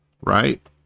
right